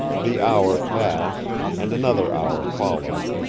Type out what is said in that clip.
the hour passed, and another hour followed,